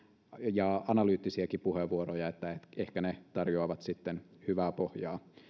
ja analyyttisiakin puheenvuoroja että ehkä ne tarjoavat sitten hyvää pohjaa